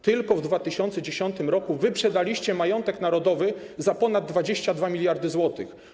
Tylko w 2010 r. wyprzedaliście majątek narodowy za ponad 22 mld zł.